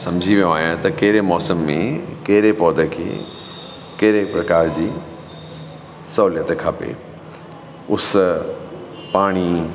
समुझी वियो आहियां त कहिड़े मौसम में कहिड़े पौधे खे कहिड़े प्रकार जी सहूलियत खपे उस पाणी